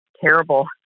terrible